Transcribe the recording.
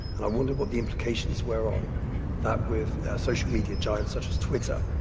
and i wonder what the implications we're on that with a social media giant such as twitter,